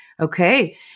Okay